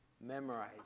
Memorize